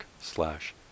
slash